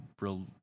real